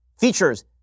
features